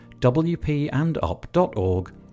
wpandop.org